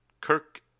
Kirk